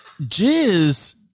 Jizz